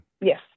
Yes